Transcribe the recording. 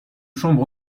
chambre